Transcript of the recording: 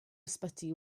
ysbyty